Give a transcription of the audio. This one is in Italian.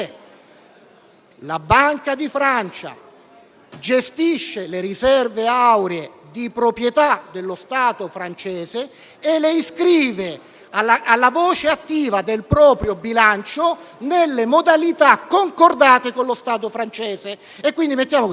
la Banque de France gestisce le riserve auree di proprietà dello Stato francese e le iscrive alla voce attiva del proprio bilancio nelle modalità concordate con lo Stato francese.